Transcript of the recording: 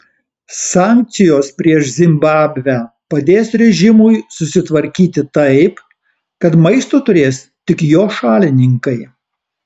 sankcijos prieš zimbabvę padės režimui susitvarkyti taip kad maisto turės tik jo šalininkai